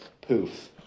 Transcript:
poof